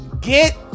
get